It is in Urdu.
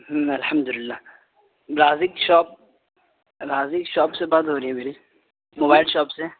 الحمد اللہ رازق شاپ رازق شاپ سے بات ہو رہی ہے میری موبائل شاپ سے